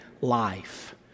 life